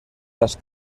las